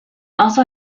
also